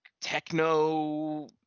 techno